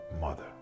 mother